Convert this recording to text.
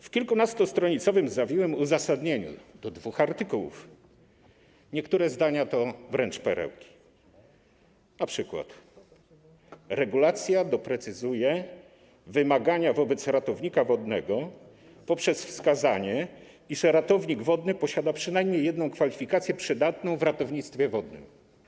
W kilkunastostronicowym zawiłym uzasadnieniu do dwóch artykułów niektóre zdania to wręcz perełki, np. takie: regulacja doprecyzuje wymagania wobec ratownika wodnego poprzez wskazanie, iż ratownik wodny posiada przynajmniej jedną kwalifikację przydatną w ratownictwie wodnym.